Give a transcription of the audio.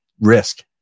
risk